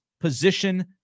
position